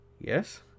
Yes